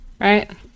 right